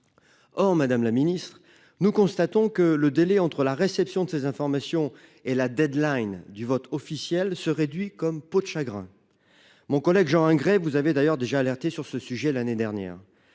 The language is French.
Or Madame la Ministre nous constatons que le délai entre la réception de ces informations et la Deadline du vote officiel se réduit comme peau de chagrin. Mon collègue Jean hein grève vous avez d'ailleurs déjà alerté sur ce sujet l'année dernière,